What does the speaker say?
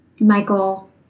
Michael